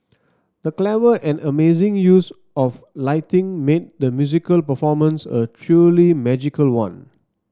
the clever and amazing use of lighting made the musical performance a truly magical one